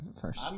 first